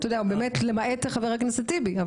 למעט חבר הכנסת טיבי.